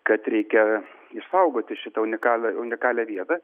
kad reikia išsaugoti šitą unikalią unikalią vietą